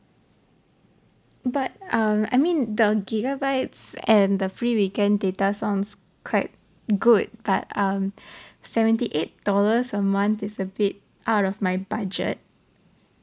but uh I mean the gigabytes and the free weekend data sounds quite good but um seventy eight dollars a month is a bit out of my budget